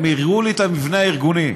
הם הראו לי את המבנה הארגוני,